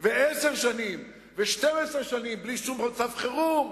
ועשר שנים ו-12 שנים בלי שום מצב חירום,